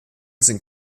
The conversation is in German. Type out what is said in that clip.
sind